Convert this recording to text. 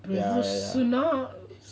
சுமார்:sumar